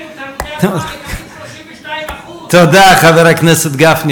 100%. טוב, גפני,